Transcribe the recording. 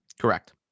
Correct